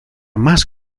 más